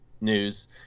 news